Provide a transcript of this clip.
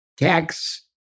Tax